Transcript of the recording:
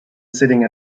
sitting